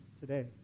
today